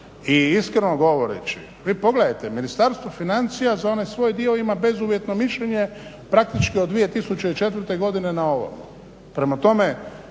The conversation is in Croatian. i iskreno govoreći, pogledajte Ministarstvo financija za onaj svoj dio ima bezuvjetno mišljenje praktički od 2004. godine na ovamo.